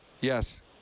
Yes